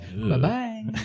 Bye-bye